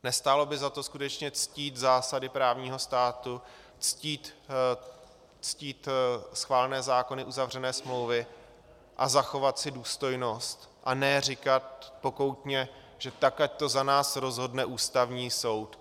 Nestálo by za to skutečně ctít zásady právního státu, ctít schválené zákony, uzavřené smlouvy a zachovat si důstojnost, a ne říkat pokoutně, že tak ať to za nás rozhodne Ústavní soud?